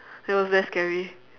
that was very scary